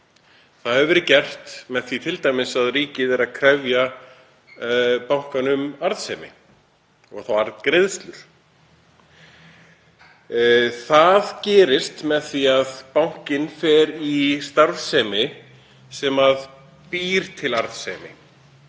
Það hefur verið gert með því t.d. að ríkið krefur bankann um arðsemi og fær arðgreiðslur. Það gerist með því að bankinn fer í starfsemi sem býr til arðsemi,